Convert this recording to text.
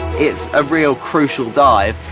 it's a real crucial dive.